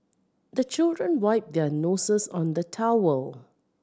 the children wipe their noses on the towel